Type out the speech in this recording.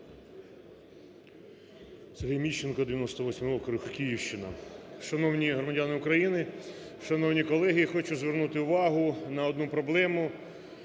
Сергій Міщенко, 98 округ Київщина. Шановні громадяни України, шановні колеги! Я хочу звернути увагу на одну проблему,